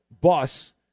bus